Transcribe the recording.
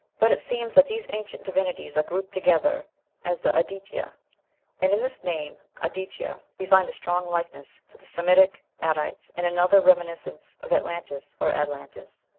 but it seems that these ancient divinities are grouped together as the aditya and in this name ad-itya we find strong likeness to the semitic adites, and another reminiscence of atlantis, or adlantis.